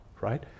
right